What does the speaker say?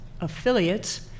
affiliates